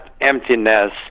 emptiness